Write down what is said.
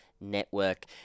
Network